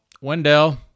Wendell